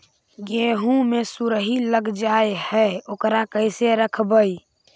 गेहू मे सुरही लग जाय है ओकरा कैसे रखबइ?